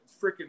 freaking